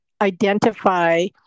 identify